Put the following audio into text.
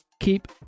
keep